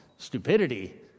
stupidity